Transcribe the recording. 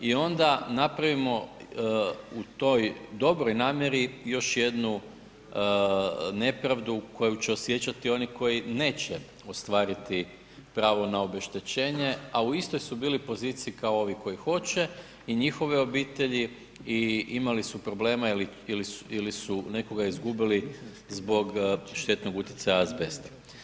I onda napravimo u toj dobroj namjeri još jednu nepravdu koju će osjećati oni koji neće ostvariti pravo na obeštećenje, a u istoj su bili poziciji kao ovi koji hoće i njihove obitelji i imali su problema ili su nekoga izgubili zbog štetnog utjecaja azbesta.